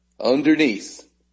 underneath